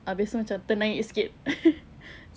habis macam ternaik sikit